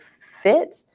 fit